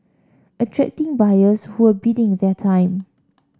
attracting buyers who were biding their time